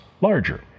larger